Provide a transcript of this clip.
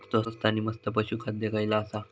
स्वस्त आणि मस्त पशू खाद्य खयला आसा?